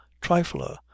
trifler